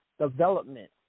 development